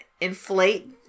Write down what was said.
inflate